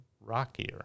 rockier